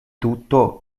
tutto